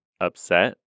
upset